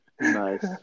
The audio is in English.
Nice